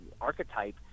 archetype